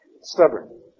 Stubborn